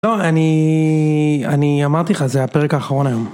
לא, אני... אני אמרתי לך, זה הפרק האחרון היום.